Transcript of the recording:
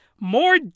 more